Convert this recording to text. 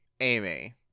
Amy